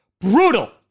Brutal